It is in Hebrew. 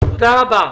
תודה רבה.